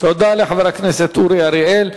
תודה לחבר הכנסת אורי אריאל.